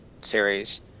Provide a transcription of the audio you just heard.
series